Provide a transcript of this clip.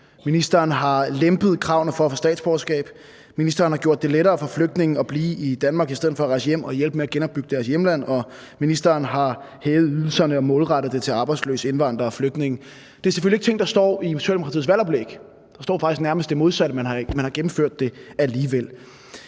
Ministeren har lempet kravene til at få statsborgerskab. Ministeren har gjort det lettere for flygtninge at blive i Danmark i stedet for at rejse hjem og hjælpe med at genopbygge deres hjemland. Og ministeren har hævet ydelserne og målrettet dem til arbejdsløse indvandrere og flygtninge. Det er selvfølgelig ikke ting, der står i Socialdemokratiets valgoplæg – der står faktisk nærmest det modsatte – men man har gennemført dem alligevel.